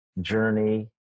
journey